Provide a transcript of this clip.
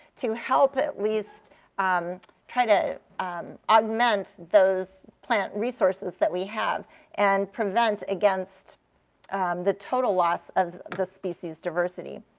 to help at least try to augment those plant resources that we have and prevent against the total loss of the species' diversity.